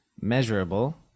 Measurable